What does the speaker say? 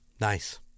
Nice